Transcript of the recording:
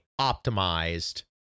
optimized